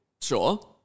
Sure